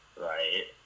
right